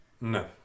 No